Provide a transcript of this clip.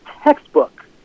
textbook